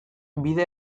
bide